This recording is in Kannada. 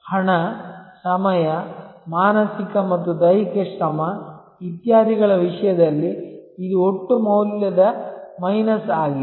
ಹಣ ಸಮಯ ಮಾನಸಿಕ ಮತ್ತು ದೈಹಿಕ ಶ್ರಮ ಇತ್ಯಾದಿಗಳ ವಿಷಯದಲ್ಲಿ ಇದು ಒಟ್ಟು ಮೌಲ್ಯದ ಮೈನಸ್ ಆಗಿದೆ